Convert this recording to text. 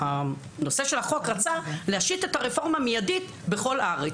החוק רצה להשית את הרפורמה מידית בכל הארץ.